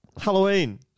Halloween